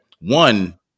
One